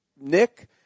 Nick